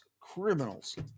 criminals